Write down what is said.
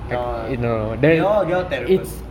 no ah they all they all terrible